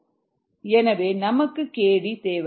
303kd எனவே நமக்கு kd தேவை